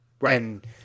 Right